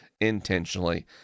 intentionally